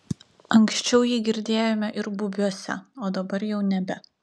anksčiau jį girdėjome ir bubiuose o dabar jau nebe